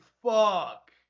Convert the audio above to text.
Fuck